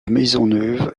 maisonneuve